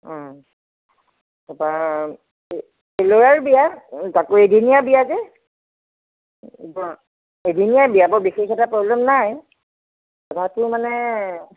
তাৰপৰা এই ল'ৰাৰ বিয়া তাকো এদিনীয়া বিয়া যে এদিনীয়া বিয়া বৰ বিশেষ এটা প্ৰব্লেম নাই ৰাতিও মানে